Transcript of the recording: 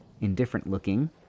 indifferent-looking